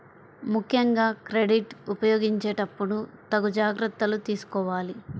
ముక్కెంగా క్రెడిట్ ఉపయోగించేటప్పుడు తగు జాగర్తలు తీసుకోవాలి